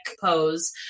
pose